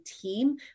team